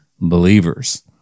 believers